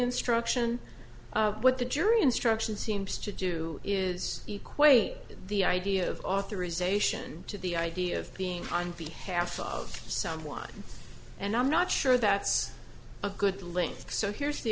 instruction what the jury instruction seems to do is equate the idea of authorization to the idea of being on behalf of someone and i'm not sure that's a good link so here's the